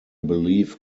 believe